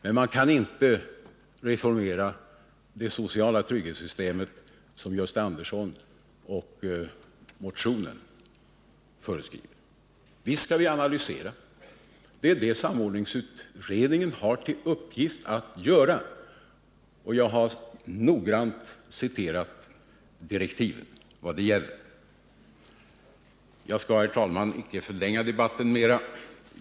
Men man kan inte reformera det sociala trygghetssystemet så som Gösta Andersson och motionen föreskriver. Visst skall vi analysera. Det är det samordningsutredningen har till uppgift att göra, och jag har noggrant citerat direktiven. Herr talman! Jag skall inte förlänga debatten mera.